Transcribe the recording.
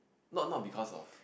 not not because of